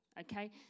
okay